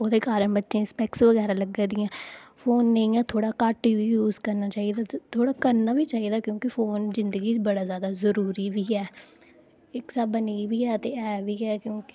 ओह्दे कारण बच्चें ई स्पैक्स बगैरा लग्गा दियां फोनै ई इ'यां थोह्ड़ा घट्ट यूज करना चाहिदा थोड़ा करना बी चाहिदा क्योंकी फोन जिंदगी च बड़ा जादा जरूरी बी ऐ इक स्हाबै नेईं बी ऐ ते एह् बी ऐ